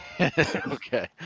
Okay